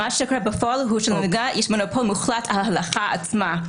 מה שקורה בפועל הוא שלהנהגה יש מונופול מוחלט על ההלכה עצמה.